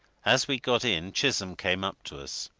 as we got in, chisholm came up to us.